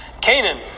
Canaan